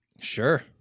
Sure